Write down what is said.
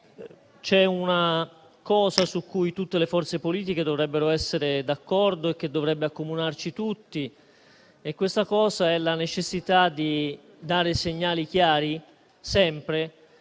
c'è una cosa su cui tutte le forze politiche dovrebbero essere d'accordo e che dovrebbe accomunarci tutti: la necessità di dare segnali chiari, sempre,